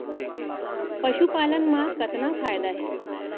पशुपालन मा कतना फायदा हे?